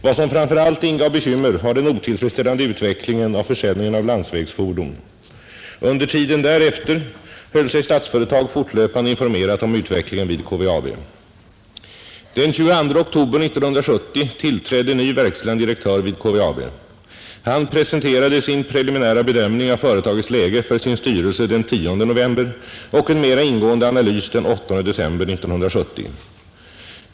Vad som framför allt ingav bekymmer var den otillfredsställande utvecklingen av försäljningen av landsvägsfordon. Under tiden därefter höll sig Statsföretag fortlöpande informerat om utvecklingen vid KVAB. Den 22 oktober 1970 tillträdde ny verkställande direktör vid KVAB. Han presenterade sin preliminära bedömning av företagets läge för sin styrelse den 10 november och en mera ingående analys den 8 december 1970.